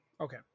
okay